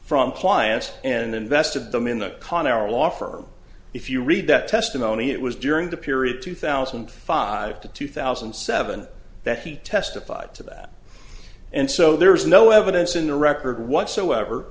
from clients and invested them in the con our law firm if you read that testimony it was during the period two thousand and five to two thousand and seven that he testified to that and so there is no evidence in the record whatsoever